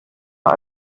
als